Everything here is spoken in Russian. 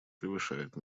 превышает